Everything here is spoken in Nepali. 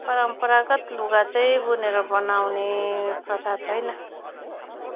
परम्परागत लुगा चाहिँ बुनेर बनाउने प्रथा छैन